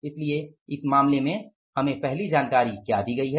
इसलिए इस मामले में हमें पहली जानकारी क्या दी गई है